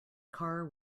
car